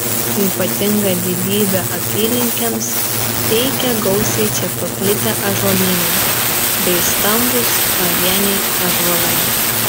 ypatingą didybę apylinkėms teikia gausiai čia paplitę ąžuolynai bei stambūs pavieniai ąžuolai